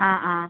ആ ആ